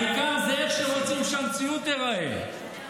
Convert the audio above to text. העיקר זה איך שרוצים שהמציאות תיראה,